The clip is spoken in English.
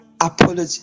apology